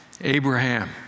Abraham